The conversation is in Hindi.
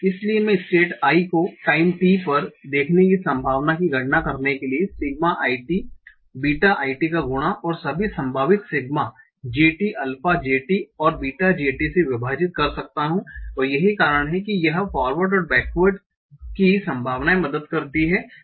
इसलिए मैं स्टेट i को टाइम t पर देखने की संभावना की गणना करने के लिए sigma i t beta i t का गुणा और सभी संभावित sigma j t alpha j t और बीटा j t से विभाजित कर सकता हूँ और यही कारण है कि यह फॉरवर्ड और बैक्वर्ड की संभावनाए मदद करती है